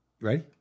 Ready